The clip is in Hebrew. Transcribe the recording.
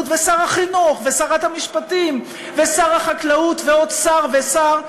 ושר החינוך ושרת המשפטים ושר החקלאות ועוד שר ושר,